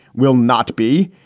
will not be.